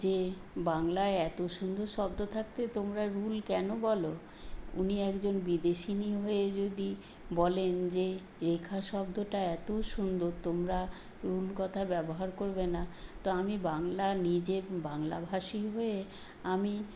যে বাংলায় এত সুন্দর শব্দ থাকতে তোমরা রুল কেন বলো উনি একজন বিদেশিনী হয়ে যদি বলেন যে রেখা শব্দটা এত সুন্দর তোমরা রুল কথার ব্যবহার করবে না তো আমি বাংলা নিজে বাংলাভাষী হয়ে আমি